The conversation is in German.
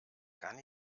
kann